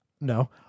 No